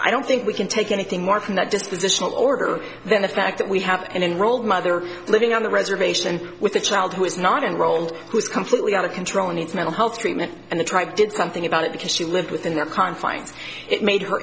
i don't think we can take anything more cannot just positional order then the fact that we have an enrolled mother living on the reservation with a child who is not enrolled who is completely out of control and it's mental health treatment and the tribe did something about it because she lived within the confines it made her